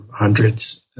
hundreds